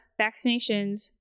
vaccinations